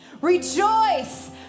Rejoice